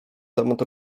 temat